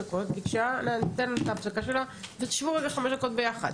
תיקחו את ההפסקה שלכם ותשבו חמש דקות ביחד.